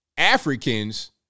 Africans